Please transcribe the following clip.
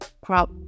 crop